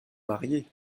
mariés